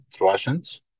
Russians